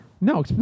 No